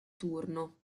turno